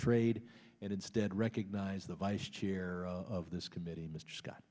trade and instead recognize the vice chair of this committee mr scott